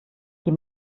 die